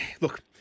Look